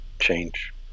change